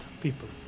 people